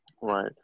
Right